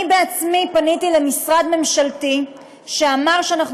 אני עצמי פניתי למשרד ממשלתי שאמר: אנחנו